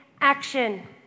action